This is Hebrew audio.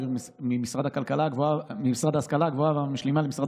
להעביר ממשרד ההשכלה הגבוהה והמשלימה למשרד